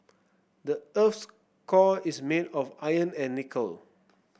the earth's core is made of iron and nickel